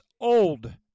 old